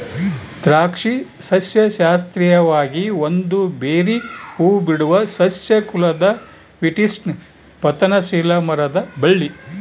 ದ್ರಾಕ್ಷಿ ಸಸ್ಯಶಾಸ್ತ್ರೀಯವಾಗಿ ಒಂದು ಬೆರ್ರೀ ಹೂಬಿಡುವ ಸಸ್ಯ ಕುಲದ ವಿಟಿಸ್ನ ಪತನಶೀಲ ಮರದ ಬಳ್ಳಿ